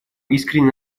искренне